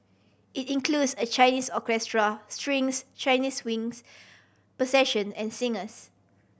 it includes a Chinese orchestra strings Chinese winds percussion and singers